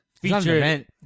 featured